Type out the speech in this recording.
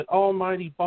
almighty